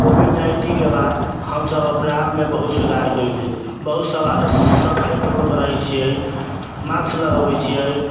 Covid नाइन्टीनके बाद हम सभ अपना आपमे बहुत सुधार कयली बहुत सारा सफाइ पूर्वक रहैत छिऐ मास्क लगबैत छिऐ